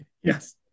Yes